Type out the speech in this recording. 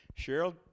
Cheryl